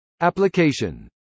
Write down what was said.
Application